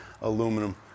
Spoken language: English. aluminum